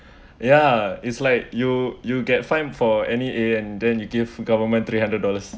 ya it's like you you get fined for any a and then you give government three hundred dollars